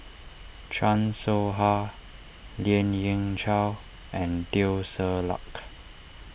Chan Soh Ha Lien Ying Chow and Teo Ser Luck